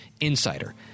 insider